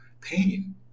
pain